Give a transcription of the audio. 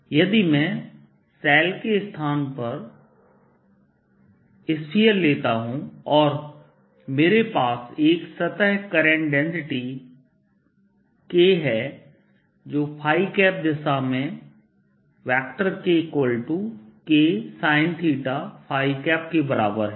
लिए यदि मैं शेल के स्थान पर यदि मैं एक इस्फीयर लेता हूं और मेरे पास एक सतह करंट डेंसिटीKहै जो दिशा में KKsin θके बराबर है